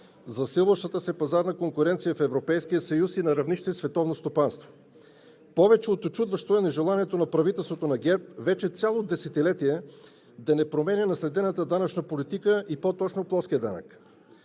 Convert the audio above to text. засилващата се пазарна конкуренция в Европейския съюз и на равнище световно стопанство. Повече от учудващо е нежеланието на правителството на ГЕРБ вече цяло десетилетие да не променя наследената данъчна политика, и по-точно плоския данък.